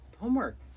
homework